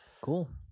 Cool